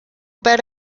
bed